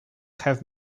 have